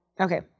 Okay